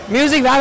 Music